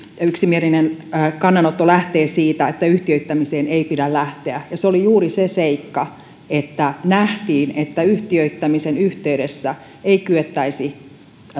yksimielinen kannanotto lähtevät siitä että yhtiöittämiseen ei pidä lähteä se oli juuri se seikka että nähtiin että yhtiöittämisen yhteydessä ei kyettäisi